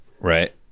Right